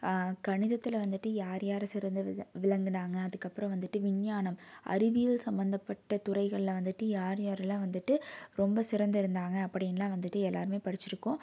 கணிதத்தில் வந்துட்டு யார் யார் சிறந்து விளங்கினாங்க அதுக்கப்புறம் வந்துட்டு விஞ்ஞானம் அறிவியல் சம்பந்தப்பட்ட துறைகளில் வந்துட்டு யார் யாரெல்லாம் வந்துட்டு ரொம்ப சிறந்து இருந்தாங்க அப்படின்னெலாம் வந்துட்டு எல்லாேருமே படிச்சுருக்கோம்